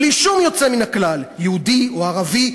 בלי שום יוצא מן הכלל: יהודי או ערבי,